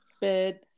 bed